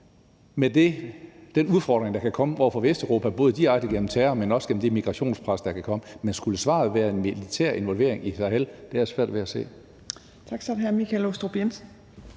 på den udfordring, der kan komme for Vesteuropa både direkte gennem terror, men også gennem det migrationspres, der kan komme, være en militær involvering i Sahel? Det har jeg svært ved at se.